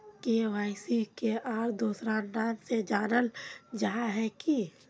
KYC के आर दोसरा नाम से जानले जाहा है की?